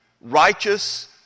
righteous